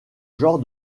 genre